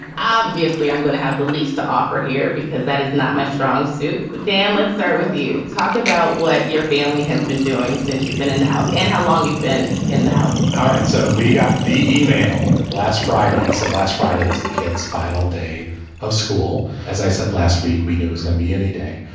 obviously, i'm going to have the least to offer here, because that is not my strong suit. dan, let's start with you. talk about what your family has been doing since you've been in the house and how long you've been in the house all right. so we got the email last friday. so last friday was the kid's final day of school. as i said last week, we knew was going to be any day.